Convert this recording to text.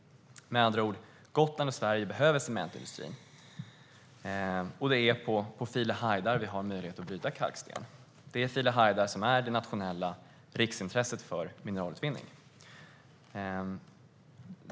Med andra ord: Gotland och Sverige behöver cementindustrin. Det är på File Hajdar som vi har möjlighet att bryta kalksten. Det är File Hajdar som är det nationella riksintresset för mineralutvinning.